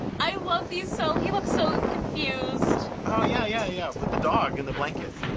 i love these so he looks so confused. oh, yeah, yeah, yeah, with the dog and the blanket.